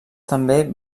també